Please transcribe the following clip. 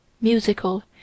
musical